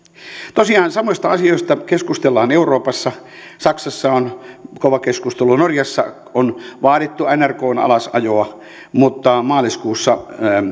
tosiaan samoista asioista keskustellaan euroopassa saksassa on kova keskustelu norjassa on vaadittu nrkn alasajoa mutta maaliskuussa